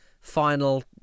final